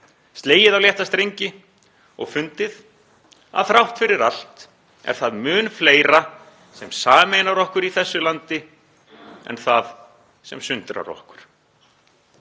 slegið á létta strengi og fundið að þrátt fyrir allt er það mun fleira sem sameinar okkur í þessu landi en það sem sundrar okkur.